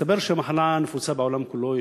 מסתבר שהמחלה נפוצה בעולם כולו.